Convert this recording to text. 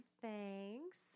Thanks